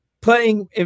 playing